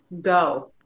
go